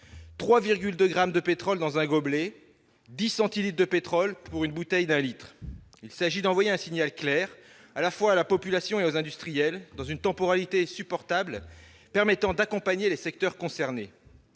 3,2 grammes de pétrole dans un gobelet, 10 centilitres de pétrole dans une bouteille d'un litre. Il s'agit d'envoyer un signal clair, à la fois à la population et aux industriels, dans une temporalité supportable qui permettra d'accompagner les secteurs concernés.